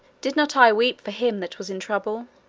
did not i weep for him that was in trouble?